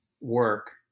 work